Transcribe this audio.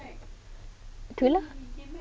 tu lah